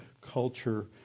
culture